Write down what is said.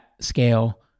scale